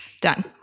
Done